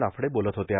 नाफडे बोलत होत्या